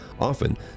Often